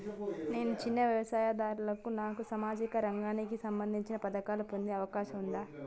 నేను చిన్న వ్యవసాయదారుడిని నాకు సామాజిక రంగానికి సంబంధించిన పథకాలు పొందే అవకాశం ఉందా?